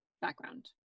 background